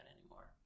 anymore